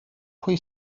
pwy